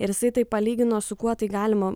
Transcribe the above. ir jisai tai palygino su kuo tai galima